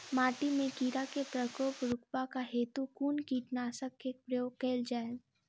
माटि मे कीड़ा केँ प्रकोप रुकबाक हेतु कुन कीटनासक केँ प्रयोग कैल जाय?